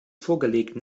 vorgelegten